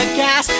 gas